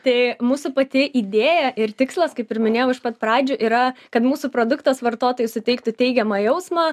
tai mūsų pati idėja ir tikslas kaip ir minėjau iš pat pradžių yra kad mūsų produktas vartotojui suteiktų teigiamą jausmą